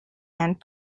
and